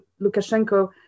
Lukashenko